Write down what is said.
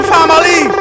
Family